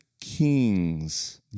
kings